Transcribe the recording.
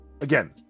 Again